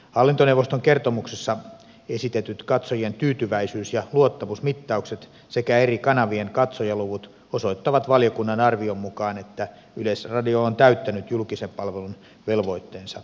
hallintoneuvoston kertomuksessa esitetyt katsojien tyytyväisyys ja luottamusmittaukset sekä eri kanavien katsojaluvut osoittavat valiokunnan arvion mukaan että yleisradio on täyttänyt julkisen palvelun velvoitteensa varsin hyvin